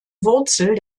wurzel